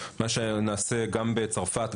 מה שנעשה גם בצרפת,